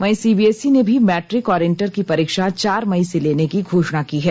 वहीं सीबीएसई ने भी मैट्रिक और इंटर की परीक्षा चार मई से लेने की घोषणा की है